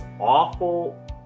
awful